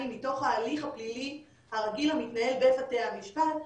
מתוך ההליך הפלילי הרגיל המתנהל בבתי המשפט.